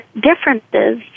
differences